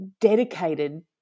dedicated